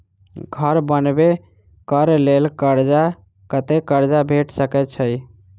घर बनबे कऽ लेल कर्जा कत्ते कर्जा भेट सकय छई?